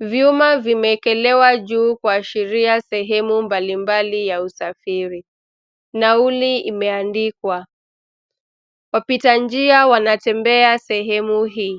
Vyuma vimeekelewa juu kuashiria sehemu mbalimbali ya usafiri. Nauli imeandikwa. Wapita njia wanatembea sehemu hii.